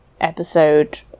episode